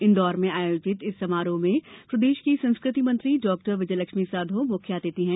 इन्दौर में आयोजित इस समारोह में प्रदेष की संस्कृति मंत्री डॉक्टर विजयलक्ष्मी साधौ मुख्य अतिथि हैं